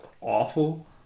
awful